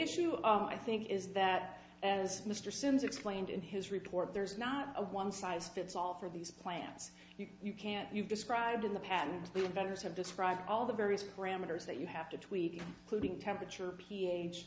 issue i think is that as mr sims explained in his report there's not a one size fits all for these plants you can't you've described in the patent the inventors have described all the various parameters that you have to tweak putting temperature ph